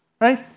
right